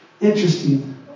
interesting